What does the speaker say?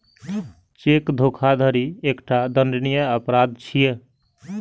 cheque धोखाधड़ी एकटा दंडनीय अपराध छियै